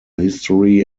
history